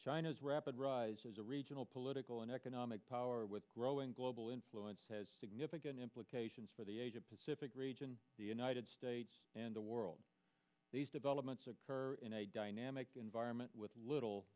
china's rapid rise as a regional political and economic power with growing global influence has significant implications for the asia pacific region the united states and the world these developments occur in a dynamic environment with little